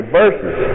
verses